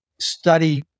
study